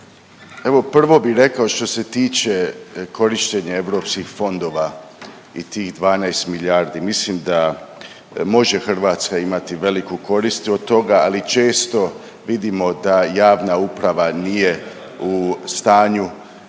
prvo bih rekao što se tiče korištenja EU fondova i tih 12 milijardi. Mislim da može Hrvatska imati veliku koristi od toga, ali često vidimo da javna uprava nije u stanju